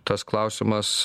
tas klausimas